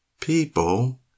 people